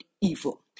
evil